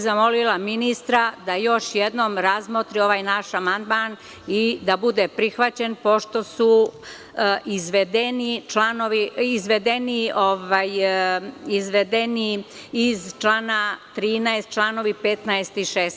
Zamolila bih ministra da još jednom razmotri ovaj naš amandman i da bude prihvaćen, pošto su izvedeni iz člana 13. čl. 15. i 16.